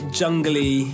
jungly